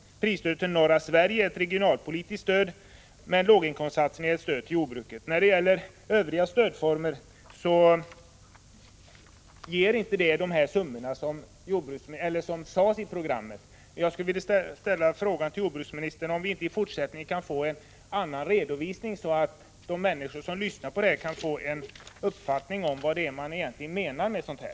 Prisstödet till norra Sverige är ett regionalpolitiskt stöd, men låginkomstsatsningen är ett stöd till jordbruket. Det övriga stödet till jordbruket uppgår inte till de summor som nämndes i programmet. Jag skulle vilja ställa frågan till jordbruksministern om vi inte i fortsättningen kan få en annan redovisning, så att de människor som lyssnar kan få en uppfattning om vad man egentligen menar med sådant här.